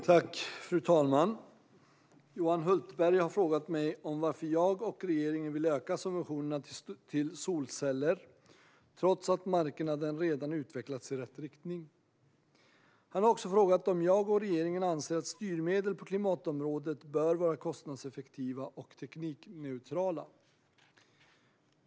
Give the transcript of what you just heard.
Svar på interpellationer Fru talman! Johan Hultberg har frågat mig varför jag och regeringen vill öka subventionerna till solceller trots att marknaden redan utvecklas i rätt riktning. Han har också frågat om jag och regeringen anser att styrmedel på klimatområdet bör vara kostnadseffektiva och teknikneutrala.